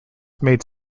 made